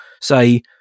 say